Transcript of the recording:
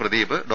Pradeep Dr